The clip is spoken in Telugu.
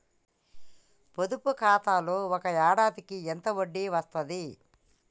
పొదుపు ఖాతాలో ఒక ఏడాదికి ఎంత వడ్డీ వస్తది?